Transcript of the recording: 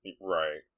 right